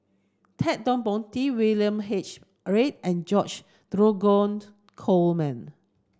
Ted De Ponti William H a Read and George Dromgold Coleman